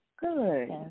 good